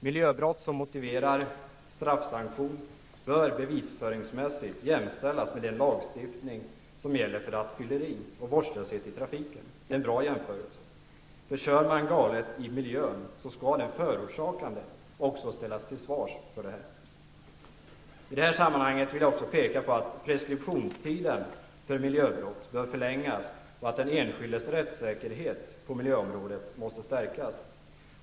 Miljöbrott som motiverar straffsanktion bör bevisföringsmässigt jämställas med den lagstiftning som gäller för rattfylleri och vårdslöshet i trafiken. Det är en bra jämförelse. Körs det galet i miljön, skall ju den förorsakande ställas till svars. I det här sammanhanget vill jag peka på att preskriptionstiden för miljöbrott bör förlängas och att den enskildes rättssäkerhet på miljöområdet måste stärkas.